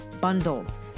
bundles